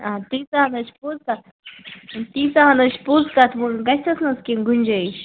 آ تیٖژہ ۂن حظ چھٕا پوٚز کَتھ تیٖژہ ہن حظ چھا پوز کَتھ وۄن گَژھیٚس نا حظ کیٚنٛہہ گُنجٲیِش